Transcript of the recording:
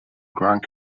grand